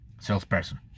salesperson